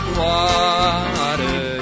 water